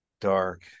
dark